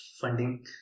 funding